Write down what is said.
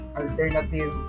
alternative